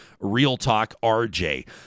RealTalkRJ